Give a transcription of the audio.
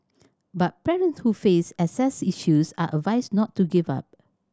but parents who face access issues are advised not to give up